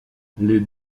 les